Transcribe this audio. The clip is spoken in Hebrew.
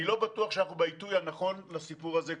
אני לא בטוח שאנחנו בעיתוי הנכון לסיפור הזה כרגע.